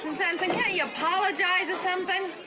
samson, can't you apologize or something?